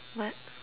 what